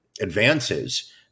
advances